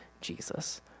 jesus